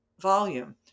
volume